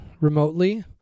remotely